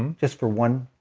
and just for one,